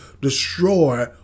destroy